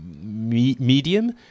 medium